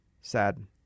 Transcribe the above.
Sad